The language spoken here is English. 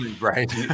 right